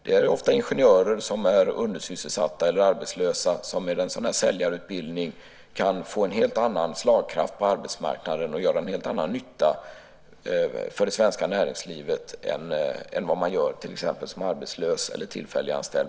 Det är ofta ingenjörer som är undersysselsatta eller arbetslösa som med en sådan här säljarutbildning kan få en helt annan slagkraft på arbetsmarknaden och göra en helt annan nytta för det svenska näringslivet än vad man gör som till exempel arbetslös eller tillfälliganställd.